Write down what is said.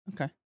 Okay